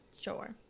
sure